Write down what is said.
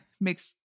makes